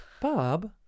Bob